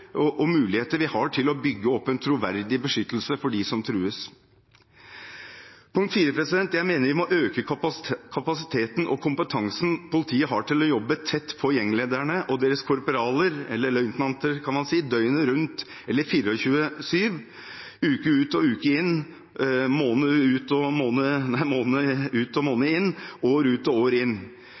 og muligheter vi har til å bygge opp en troverdig beskyttelse for dem som trues. Punkt fire er at jeg mener vi må øke kapasiteten og kompetansen politiet har til å jobbe tett på gjenglederne og deres korporaler – eller løytnanter, kan man si – døgnet rundt, uke ut og uke inn, måned ut og måned inn, år ut og år inn. I gjengprosjektet så vi at det tok 5–6 år og ca. 40 årsverk per år